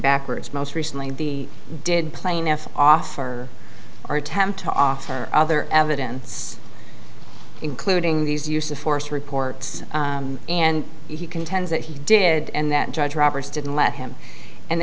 backwards most recently the did plaintiff offer or attempt to offer other evidence including these use of force reports and he contends that he did and that judge roberts didn't let him and